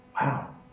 Wow